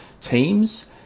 teams